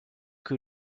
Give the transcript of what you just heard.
que